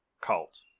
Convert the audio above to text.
cult